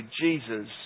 Jesus